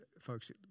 folks